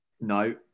No